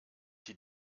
die